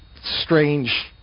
strange